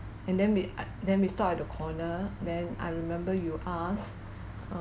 and then we I then we stop at the corner then I remember you ask